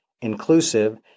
inclusive